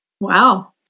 Wow